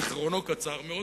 זיכרונו קצר מאוד,